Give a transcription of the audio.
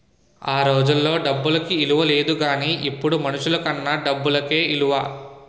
ఆ రోజుల్లో డబ్బుకి ఇలువ లేదు గానీ ఇప్పుడు మనుషులకన్నా డబ్బుకే ఇలువ